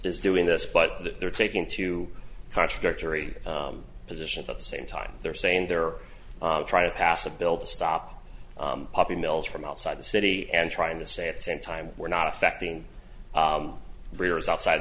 is doing this but that they're taking two contradictory positions at the same time they're saying they're trying to pass a bill to stop puppy mills from outside the city and trying to say at same time we're not affecting rivers outside